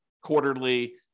quarterly